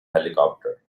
helicopter